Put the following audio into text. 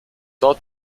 dort